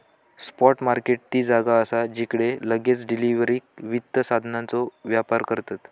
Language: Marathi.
स्पॉट मार्केट ती जागा असा जिकडे लगेच डिलीवरीक वित्त साधनांचो व्यापार करतत